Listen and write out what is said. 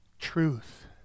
truth